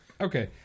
okay